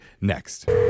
next